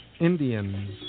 Indians